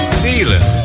feeling